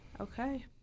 Okay